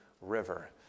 River